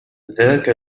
ذاك